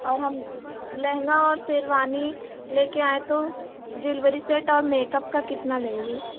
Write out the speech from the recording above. और हम लहँगा और शेरवानी लेकर आएँ तो ज़्वेलरी सेट और मेकअप का कितना लेंगी